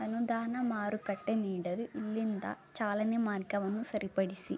ಅನುದಾನ ಮಾರುಕಟ್ಟೆ ನೀಡಲು ಇಲ್ಲಿಂದ ಚಾಲನೆ ಮಾರ್ಗವನ್ನು ಸರಿಪಡಿಸಿ